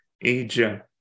Asia